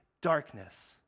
darkness